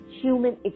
human